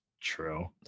True